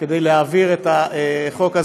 יש לך עד עשר דקות.